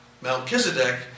Melchizedek